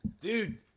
Dude